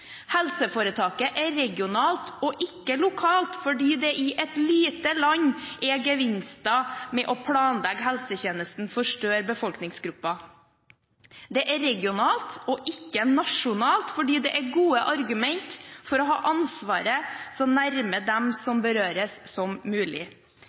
er regionale og ikke lokale, fordi det i et lite land er gevinster ved å planlegge helsetjenesten for større befolkningsgrupper. De er regionale og ikke nasjonale, fordi det er gode argumenter for at ansvaret skal ligge så nærme som mulig dem